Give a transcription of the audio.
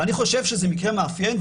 אני חושב שזה מקרה מאפיין.